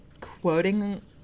quoting